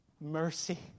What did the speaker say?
mercy